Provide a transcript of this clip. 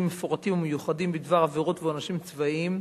מפורטים ומיוחדים בדבר עבירות ועונשים צבאיים.